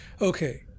Okay